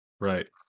right